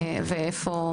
ואיפה,